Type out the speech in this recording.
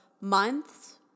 months